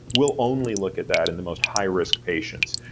we'll only look at that in the most high risk patients.